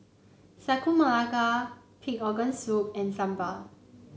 Sagu Melaka Pig Organ Soup and Sambal